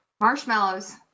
marshmallows